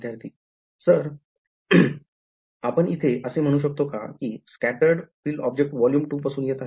विद्यार्थी सर विधार्थी आपण इथे असे म्हणू शकतो का कि हि scattered field object volume V2 पासून येत आहे